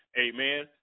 amen